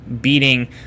beating